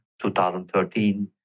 2013